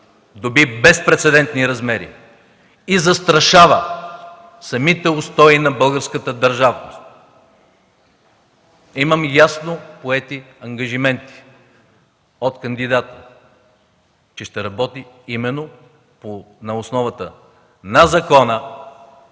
доби безпрецедентни размери и застрашава самите устои на българската държавност. Имаме ясно поети ангажименти от кандидата, че ще работи на основата на закона,